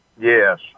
Yes